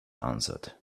answered